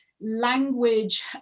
language